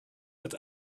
and